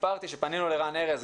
סיפרתי שפנינו לרן ארז,